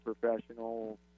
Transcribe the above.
professional